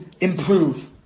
improve